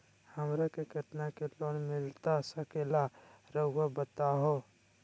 हमरा के कितना के लोन मिलता सके ला रायुआ बताहो?